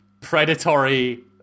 predatory